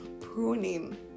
pruning